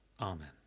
Amen